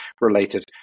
related